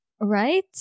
Right